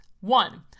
One